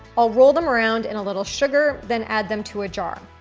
i'll roll them around in a little sugar, then add them to a jar.